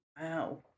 Wow